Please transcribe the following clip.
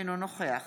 אינו נוכח